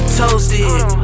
toasted